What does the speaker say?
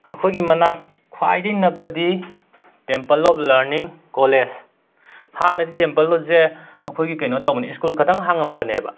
ꯑꯩꯈꯣꯏꯒꯤ ꯃꯅꯥꯛ ꯈ꯭ꯋꯥꯏꯗꯩ ꯅꯛꯄꯗꯤ ꯇꯦꯝꯄꯜ ꯑꯣꯞ ꯂꯔꯅꯤꯡ ꯀꯣꯂꯦꯁ ꯍꯥꯟꯅꯗꯤ ꯇꯦꯝꯄꯜ ꯑꯁꯦ ꯑꯩꯈꯣꯏꯒꯤ ꯀꯩꯅꯣ ꯇꯧꯕꯅꯤ ꯁ꯭ꯀꯨꯜ ꯈꯛꯇꯪ ꯍꯥꯡꯂꯝꯕꯅꯦꯕ